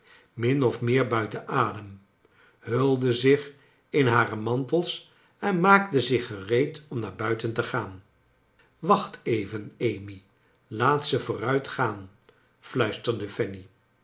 min of meer buiten adem hulden zich in hare mantels en maakten zich gereed om naar buiten te gaan wacht even amy laat ze vooruitgaan fluisterde